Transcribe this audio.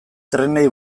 trenei